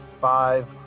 five